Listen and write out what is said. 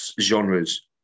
genres